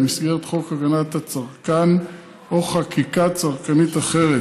במסגרת חוק הגנת הצרכן או חקיקה צרכנית אחרת.